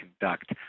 conduct